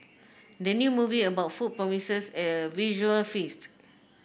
the new movie about food promises a visual feast